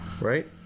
right